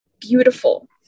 beautiful